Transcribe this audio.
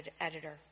editor